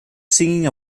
singing